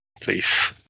please